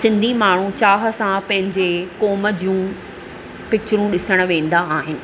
सिंधी माण्हू चाह सां पंहिंजे क़ौम जूं पिचरूं ॾिसणु वेंदा आहिनि